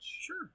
Sure